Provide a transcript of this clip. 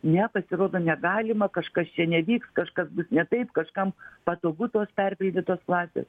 ne pasirodo negalima kažkas čia nevyks kažkas ne taip kažkam patogu tos perpildytos klasės